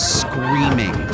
screaming